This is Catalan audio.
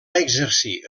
exercir